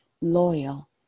loyal